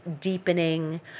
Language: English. deepening